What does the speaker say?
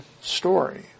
story